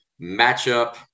matchup